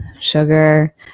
sugar